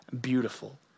beautiful